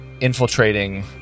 infiltrating